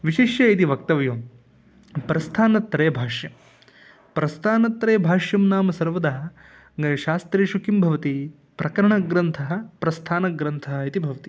विशिष्य यदि वक्तव्यं प्रस्थानत्रयभाष्यं प्रस्थानत्रयभाष्यं नाम सर्वदा शास्त्रेषु किं भवति प्रकरणग्रन्थः प्रस्थानग्रन्थः इति भवति